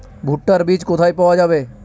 ভুট্টার বিজ কোথায় পাওয়া যাবে?